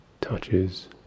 touches